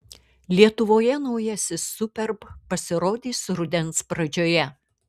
lietuvoje naujasis superb pasirodys rudens pradžioje